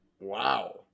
Wow